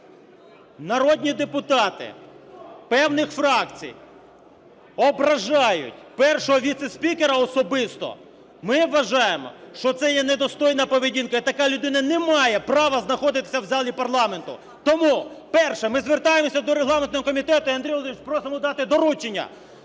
народні депутати певних фракцій ображають Першого віце-спікера особисто, ми вважаємо, що це є недостойна поведінка, і така людина не має права знаходитися в залі парламенту. Тому, перше, ми звертаємося до регламентного комітету, і, Андрію Володимировичу, просимо дати доручення,